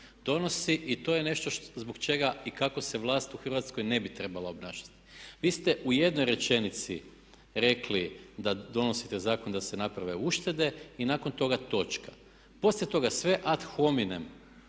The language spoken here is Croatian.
donosi i to je nešto zbog čega i kako se vlast u Hrvatskoj ne bi trebala obnašati. Vi ste u jednoj rečenici rekli da donosite zakon da se naprave uštede i nakon toga točka. Poslije toga sve ad hominem